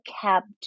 kept